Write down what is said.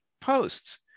posts